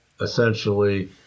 essentially